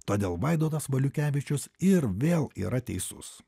todėl vaidotas valiukevičius ir vėl yra teisus